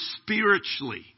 spiritually